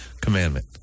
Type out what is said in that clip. commandment